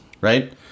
right